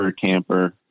camper